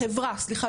סליחה,